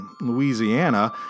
Louisiana